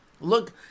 Look